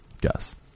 Guess